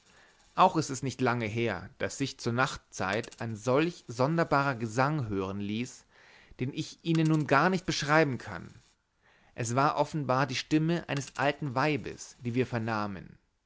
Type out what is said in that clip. auch ist es nicht lange her daß sich zur nachtzeit ein solch sonderbarer gesang hören ließ den ich ihnen nun gar nicht beschreiben kann es war offenbar die stimme eines alten weibes die wir vernahmen